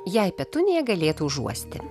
jei petunija galėtų užuosti